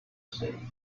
say